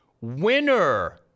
Winner